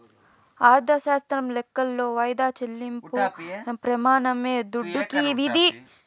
అర్ధశాస్త్రం లెక్కలో వాయిదా చెల్లింపు ప్రెమానమే దుడ్డుకి విధి